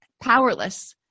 powerless